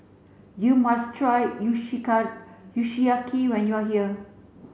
you must try Kushiyaki when you are here